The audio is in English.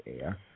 air